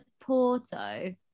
Porto